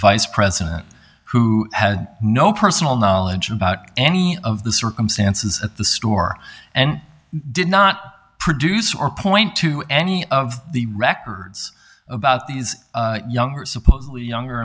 vice president who had no personal knowledge about any of the circumstances at the store and did not produce or point to any of the records about these younger supposedly younger